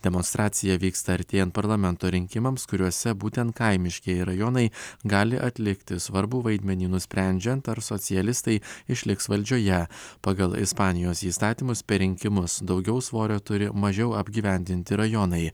demonstracija vyksta artėjant parlamento rinkimams kuriuose būtent kaimiškieji rajonai gali atlikti svarbų vaidmenį nusprendžiant ar socialistai išliks valdžioje pagal ispanijos įstatymus per rinkimus daugiau svorio turi mažiau apgyvendinti rajonai